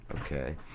Okay